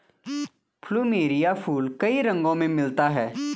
plumeria फूल कई रंगो में मिलता है